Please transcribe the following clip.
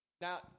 Now